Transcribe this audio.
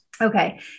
okay